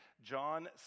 John